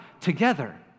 together